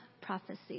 prophecy